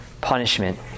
punishment